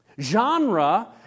Genre